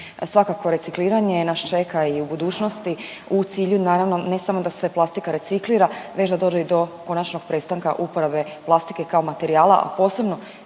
Svakako, recikliranje nas čeka i u budućnosti, u cilju naravno, ne samo da se plastika reciklira već da dođe i do konačnog prestanka uporabe plastike kao materijala, posebno